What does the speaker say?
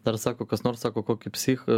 dar sako kas nors sako kokiu psichą